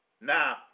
Now